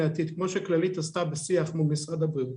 העתיד כמו שכללית עשתה בשיח מול משרד הבריאות,